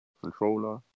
controller